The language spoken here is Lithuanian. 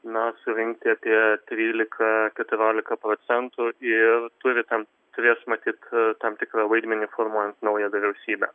na surinkti apie trylika keturiolika procentų ir turi tam turės matyt tam tikrą vaidmenį formuojant naują vyriausybę